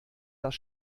das